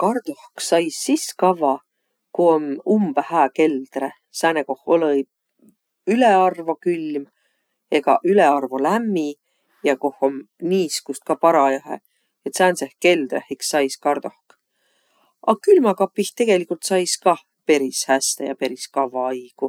Kardohk sais sis kavva, ku om umbõ hää keldre. Sääne, koh olõ-i ülearvo külm egaq ülearvo lämmi ja koh om niiskust ka parajahe. Et sääntseh keldreh iks sais kardohk. A külmäkapih tegeligult sais kah peris häste ja peris kavva aigu.